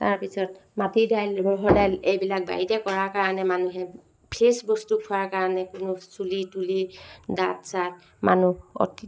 তাৰপিছত মাটি দাইল ৰহৰ দাইল এইবিলাক বাৰীতে কৰা কাৰণে মানুহে ফ্ৰেছ বস্তু খোৱাৰ কাৰণে কোনো চুলি তুলি দাঁত চাত মানুহ